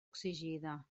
exigida